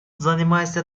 занимается